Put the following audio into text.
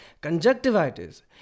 conjunctivitis